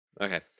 Okay